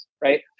right